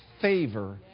favor